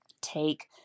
take